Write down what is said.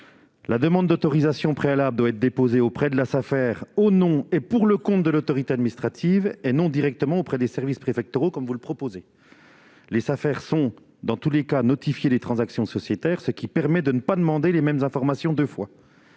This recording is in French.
la demande d'autorisation préalable doit être déposée auprès de la Safer au nom et pour le compte de l'autorité administrative, et non pas directement auprès des services préfectoraux. Dans tous les cas, les Safer se voient notifier les transactions sociétaires, ce qui permet de ne pas demander les mêmes informations deux fois.